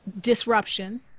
disruption